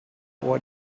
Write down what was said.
what